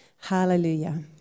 hallelujah